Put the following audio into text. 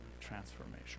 transformation